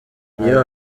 iyo